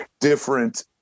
different